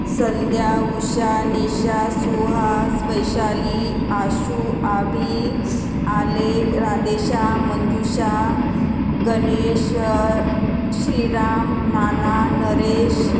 Sandhya Usha Nisha Suhas Vaishali Ashu Abhi Alek Radesha Manjusha Ganesh Shriram Nana Naresh